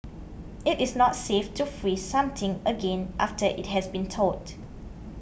it is not safe to freeze something again after it has been thawed